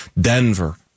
Denver